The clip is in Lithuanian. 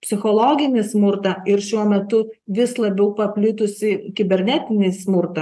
psichologinį smurtą ir šiuo metu vis labiau paplitusį kibernetinį smurtą